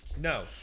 No